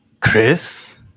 Chris